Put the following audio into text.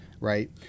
right